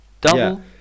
Double